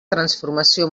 transformació